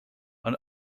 and